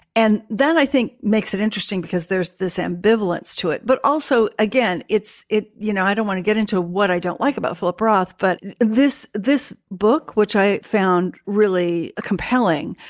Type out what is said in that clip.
and that, i think, makes it interesting because there's this ambivalence to it. but also, again, it's you know, i don't want to get into what i don't like about philip roth, but this this book, which i found really compelling,